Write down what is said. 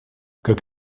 как